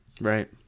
Right